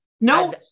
no